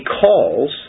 calls